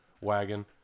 wagon